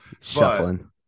Shuffling